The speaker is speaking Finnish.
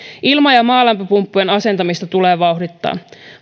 ilma ja maalämpöpumppujen asentamista tulee vauhdittaa